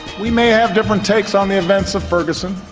we may have different takes on the events of ferguson,